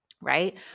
right